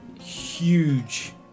huge